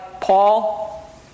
Paul